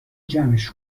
جمعش